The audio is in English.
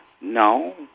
no